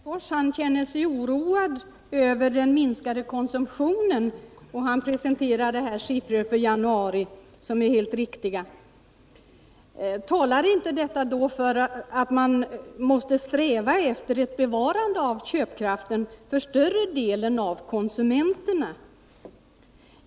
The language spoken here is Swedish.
Herr talman! Alf Wennerfors sade att han känner sig oroad över den minskade konsumtionen när han här presenterade siffror för januari, som är helt riktiga. Talar då inte detta för att man måste sträva efter bevarande av köpkraften för större delen av konsumenterna?